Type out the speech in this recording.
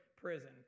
prison